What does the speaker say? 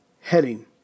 heading